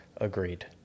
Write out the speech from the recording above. agreed